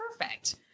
perfect